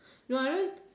no I don't